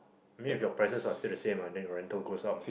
I mean if your price are still the same ah then your rental goes up mah